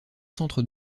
centres